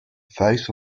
face